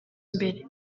mbere